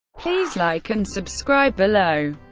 please like and subscribe below.